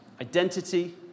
Identity